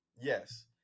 yes